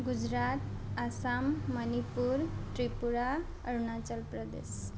Gujarat Assam Manipur Tripura Arunachal Pradesh